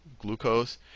Glucose